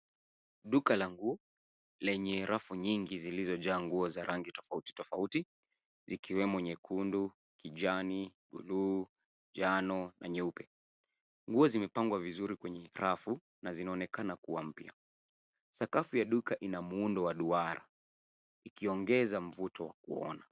Duka la nguo lenye rafu nyingi zilizo jaa nguo za rangi tofauti tofauti zikiwemo nyekundu, kijani, bluu, njano na nyeupe. Nguo zimepangwa vizuri kwenye rafu na zinaonekana kuwa mpya. Sakafu ya duka ina muundo wa duara ikiongeza mvuto wa kuona.